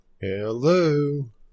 Hello